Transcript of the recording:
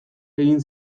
egin